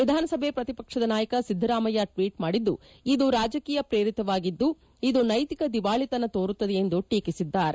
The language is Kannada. ವಿಧಾನಸಭೆ ಪ್ರತಿಪಕ್ಷ ನಾಯಕ ಸಿದ್ದರಾಮಯ್ತ ಟ್ವೀಟ್ ಮಾಡಿದ್ದು ಇದು ರಾಜಕೀಯ ಪ್ರೇರಿತವಾಗಿದ್ದು ಇದು ನೈತಿಕ ದಿವಾಳತನ ತೋರುತ್ತದೆ ಎಂದು ಟೀಕಿಸಿದ್ದಾರೆ